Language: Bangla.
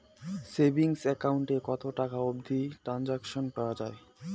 সেভিঙ্গস একাউন্ট এ কতো টাকা অবধি ট্রানসাকশান করা য়ায়?